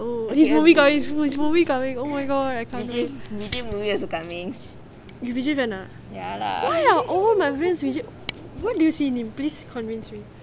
oh his movie coming his movie coming oh my god I can't wait you vijay fan ah why are all my friends vijay what do you see in him please convince me